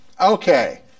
Okay